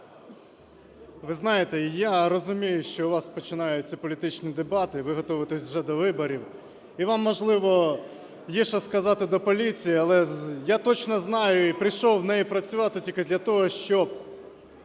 Ви знаєте, я розумію, що у вас починаються політичні дебати, ви готуєтесь вже до виборів і вам, можливо, є що сказати до поліції. Але я точно знаю і прийшов в неї працювати тільки для того, щоб